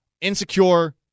insecure